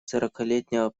сорокалетнего